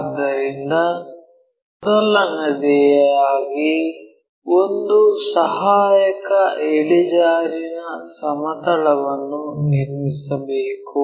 ಆದ್ದರಿಂದ ಮೊದಲನೆಯದಾಗಿ ಒಂದು ಸಹಾಯಕ ಇಳಿಜಾರಿನ ಸಮತಲವನ್ನು ನಿರ್ಮಿಸಬೇಕು